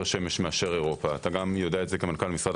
שמש מאשר אירופה גם אתה יודע את זה כמנכ"ל משרד